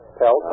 tell